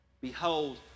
Behold